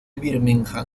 birmingham